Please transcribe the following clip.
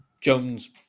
jones